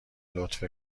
لطفی